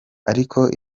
ariko